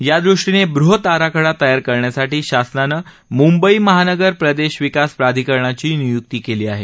यादृष्टीने बृहत आराखडा तयार करण्यासाठी शासनानं मुंबई महानगर प्रदेश विकास प्राधिकरणाची नियुक्ती केली आहे